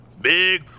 Big